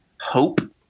hope